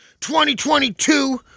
2022